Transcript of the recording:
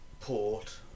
port